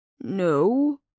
No